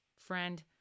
Friend